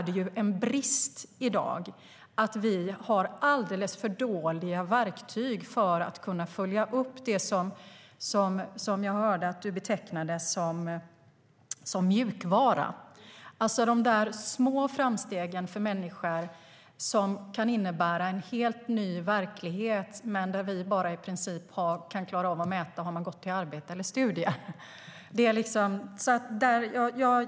Det är en brist i dag att det finns alldeles för dåliga verktyg för att man ska kunna följa upp det som du betecknade som mjukvara. Det gäller de små framstegen för en människa som kan innebära en helt ny verklighet för den individen samtidigt som det bara går att mäta om han eller hon gått till arbetet eller deltagit i studier.